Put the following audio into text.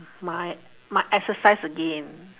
my my exercise again